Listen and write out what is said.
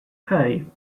hey